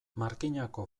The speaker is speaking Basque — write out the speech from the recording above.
markinako